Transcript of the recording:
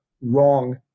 wrong